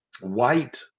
white